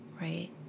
right